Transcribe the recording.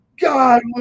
God